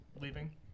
leaving